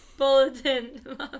Bulletin